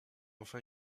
enfin